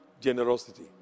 generosity